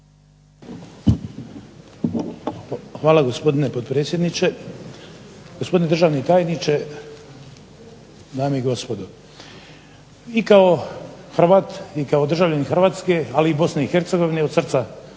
Hvala gospodine potpredsjedniče, gospodine državni tajniče, dame i gospodo. I kao Hrvat i kao državljanin Hrvatske, ali i Bosne i Hercegovine od srca